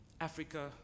Africa